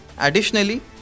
Additionally